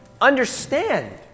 understand